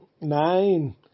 nine